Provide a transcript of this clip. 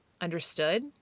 understood